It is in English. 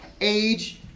age